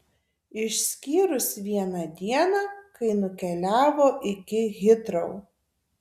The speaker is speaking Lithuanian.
išskyrus vieną dieną kai nukeliavo iki hitrou